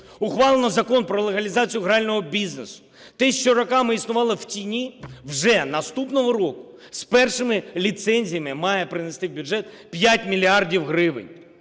Ухвалено Закон про легалізацію грального бізнесу. Те, що роками існувало в тіні, вже наступного року, з першими ліцензіями, має принести в бюджет 5 мільярдів